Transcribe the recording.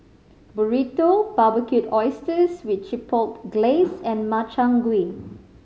Burrito Barbecued Oysters with Chipotle Glaze and Makchang Gui